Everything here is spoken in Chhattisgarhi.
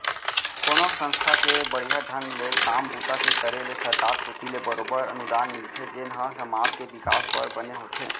कोनो संस्था के बड़िहा ढंग ले काम बूता के करे ले सरकार कोती ले बरोबर अनुदान मिलथे जेन ह समाज के बिकास बर बने होथे